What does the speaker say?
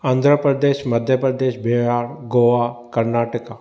Andhra Pradesh Madhya Pradesh Bihar Goa Karnataka